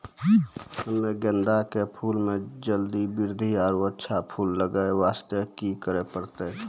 हम्मे गेंदा के फूल के जल्दी बृद्धि आरु अच्छा फूल लगय वास्ते की करे परतै?